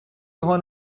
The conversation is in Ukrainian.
його